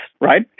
right